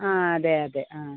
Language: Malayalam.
ആ അതെ അതെ ആ